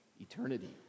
eternity